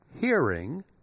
hearing